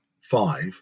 five